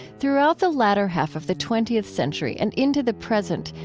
throughout the latter half of the twentieth century and into the present,